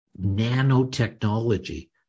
nanotechnology